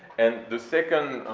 and the second,